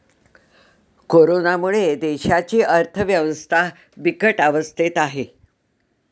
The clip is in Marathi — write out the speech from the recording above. कोरोनामुळे देशाची अर्थव्यवस्था बिकट अवस्थेत आहे